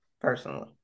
personally